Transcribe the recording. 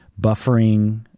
buffering